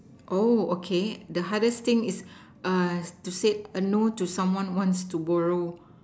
oh okay the hardest thing is uh to say a no to someone once to borrow